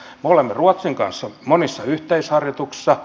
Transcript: me olemme ruotsin kanssa monissa yhteisharjoituksissa